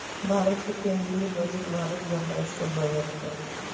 भारत के केंदीय बजट भारत गणराज्य के बजट ह